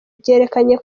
byerekanye